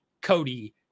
cody